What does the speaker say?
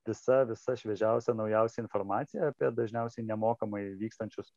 visa visa šviežiausia naujausia informacija apie dažniausiai nemokamai vykstančius